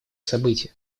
событие